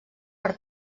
per